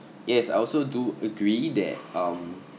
yes I also do agree that um